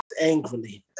angrily